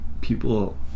people